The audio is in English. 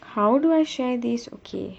how do I share these okay